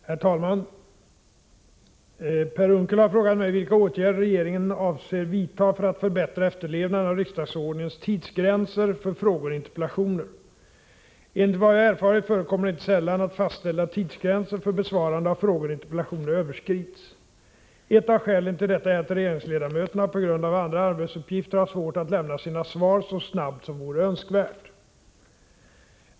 Herr talman! Per Unckel har frågat mig vilka åtgärder regeringen avser vidta för att förbättra efterlevnaden av riksdagsordningens tidsgränser för frågor och interpellationer. Enligt vad jag erfarit förekommer det inte sällan att fastställda tidsgränser för besvarande av frågor och interpellationer överskrids. Ett av skälen till detta är att regeringsledamöterna på grund av andra arbetsuppgifter har svårt att lämna sina svar så snabbt som vore önskvärt.